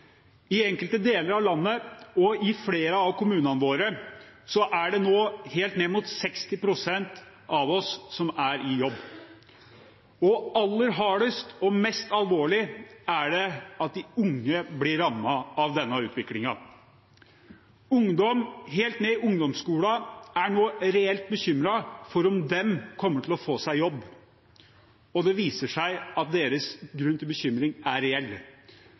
I enkelte deler av landet og i flere av kommunene er det nå helt ned mot 60 pst. som er i jobb. Aller hardest og mest alvorlig er det at de unge blir rammet av denne utviklingen. Ungdom helt ned i ungdomsskolen er nå reelt bekymret for om de kommer til å få seg jobb, og det viser seg at deres grunn til bekymring er reell.